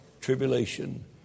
tribulation